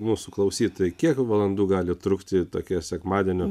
mūsų klausytojų kiek valandų gali trukti tokia sekmadienio